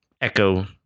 Echo